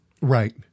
Right